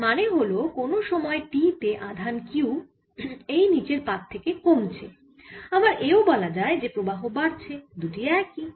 যার মানে হল কোন সময় t তে আধান Q এই নিচের পাত থেকে কমছে আবার এও বলা যায় যে প্রবাহ বাড়ছে দুটি একই